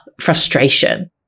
frustration